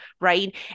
right